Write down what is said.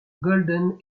golden